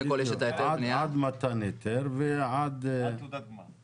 עד מתן היתר ועד -- עד תעודת גמר.